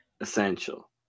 Essential